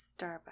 Starbucks